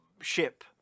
ship